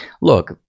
look